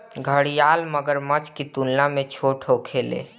घड़ियाल मगरमच्छ की तुलना में छोट होखेले